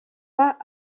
pas